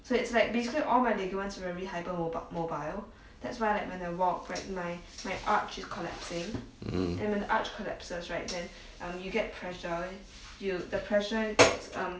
mmhmm